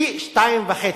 פי-2.5.